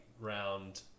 round